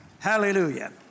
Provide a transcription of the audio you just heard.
Hallelujah